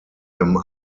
him